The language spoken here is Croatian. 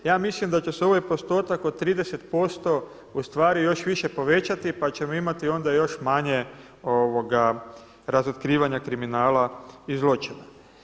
Ja mislim da će se ovaj postotak od 30% ustvari još više povećati pa ćemo imati onda još manje razotkrivanja kriminala i zločina.